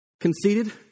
conceded